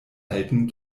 alten